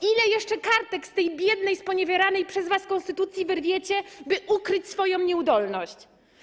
Ile jeszcze kartek z tej biednej, sponiewieranej przez was konstytucji wyrwiecie, by ukryć swoją nieudolność?